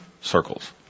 circles